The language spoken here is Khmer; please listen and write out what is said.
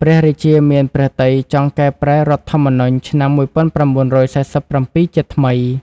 ព្រះរាជាមានព្រះទ័យចង់កែប្រែរដ្ឋធម្មនុញ្ញឆ្នាំ ១៩៤៧ ជាថ្មី។